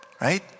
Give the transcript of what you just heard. right